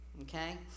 okay